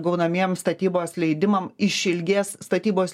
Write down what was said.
gaunamiem statybos leidimam išilgės statybos